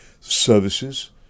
services